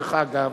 דרך אגב,